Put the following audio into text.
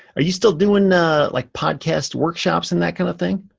are you still doing like podcast workshops and that kind of thing?